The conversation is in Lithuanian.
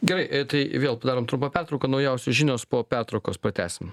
gerai tai vėl padarom trumpą pertrauką naujausios žinios po pertraukos pratęsim